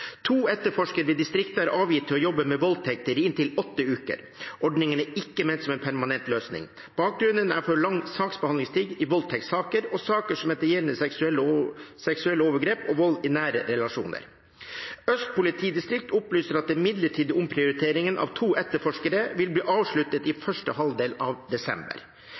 To etterforskere i distriktet er avgitt til å jobbe med voldtekter i inntil åtte uker. Ordningen er ikke ment som en permanent løsning. Bakgrunnen er for lang saksbehandlingstid i voldtektssaker og saker som gjelder seksuelle overgrep og vold i nære relasjoner. Øst politidistrikt opplyser at den midlertidige omprioriteringen av to etterforskere vil bli avsluttet i første halvdel av desember.